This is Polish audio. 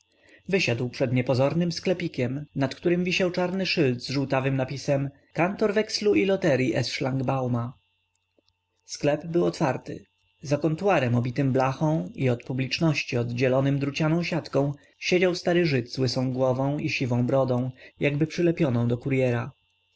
wysiadł przed niepozornym sklepikiem nad którym wisiał czarny szyld z żółtawym napisem kantor wekslu i loteryi s szlangbauma sklep był otwarty za kontuarem obitym blachą i od publiczności oddzielonym drucianą siatką siedział stary żyd z łysą głową i siwą brodą jakby przylepioną do kuryera